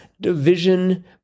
division